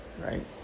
right